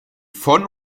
von